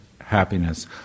happiness